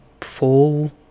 full